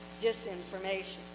disinformation